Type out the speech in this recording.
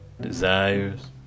desires